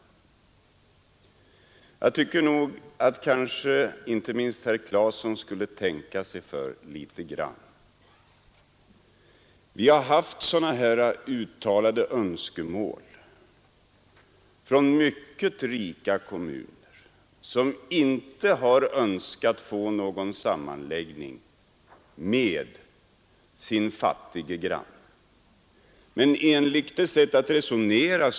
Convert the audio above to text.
Jag tycker att inte minst herr Claeson skulle tänka sig för litet grand. Det har uttalats sådana här önskemål från mycket rika kommuner som inte har önskat någon sammanläggning med sin fattiga granne.